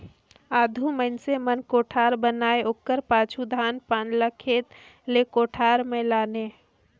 आघु मइनसे मन कोठार बनाए ओकर पाछू धान पान ल खेत ले कोठार मे लाने